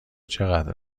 چقدر